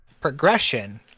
progression